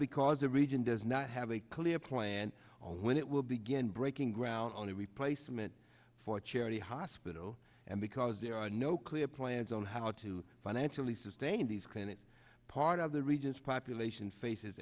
because a region does not have a clear plan or when it will begin breaking ground on a replacement for charity hospital and because there are no clear plans on how to financially sustain these clinics part of the region's population faces